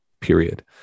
Period